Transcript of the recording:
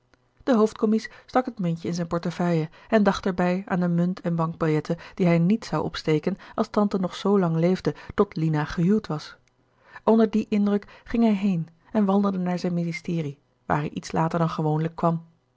de hoofdcommies stak het muntje in zijne portefeuille en dacht er bij aan de munt en bankbiljetten die hij niet zou opsteken als tante nog zoo lang leefde tot lina gehuwd was onder dien indruk ging hij heen en wandelde naar zijn ministerie waar hij iets later dan gewoonlijk kwam